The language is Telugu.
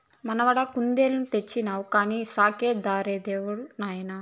మనవడా కుందేలుని తెచ్చినావు కానీ సాకే దారేది నాయనా